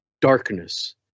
darkness